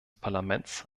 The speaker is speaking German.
parlaments